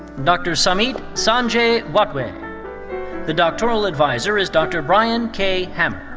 dr. samit sanjay watve. the doctoral adviser is dr. brian k. hammer.